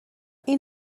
این